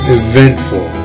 eventful